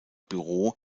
büro